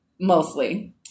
mostly